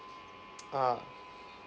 ah